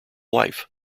life